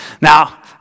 Now